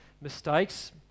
mistakes